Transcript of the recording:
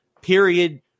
Period